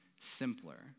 simpler